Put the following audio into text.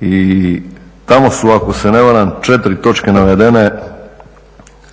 i tamo su ako se ne varam četiri točke navedene kao